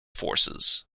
forces